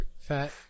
fat